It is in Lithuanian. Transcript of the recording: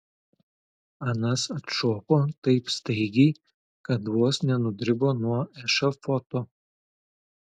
anas atšoko taip staigiai kad vos nenudribo nuo ešafoto